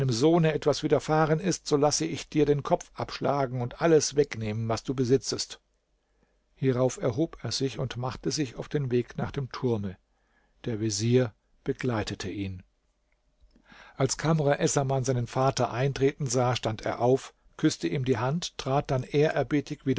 etwas widerfahren ist so lasse ich dir den kopf abschlagen und alles wegnehmen was du besitzest hierauf erhob er sich und machte sich auf den weg nach dem turme der vezier begleitete ihn als kamr essaman seinen vater eintreten sah stand er auf küßte ihm die hand trat dann